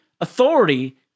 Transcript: authority